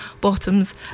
bottoms